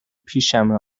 پیشمه